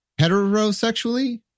Heterosexually